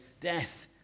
death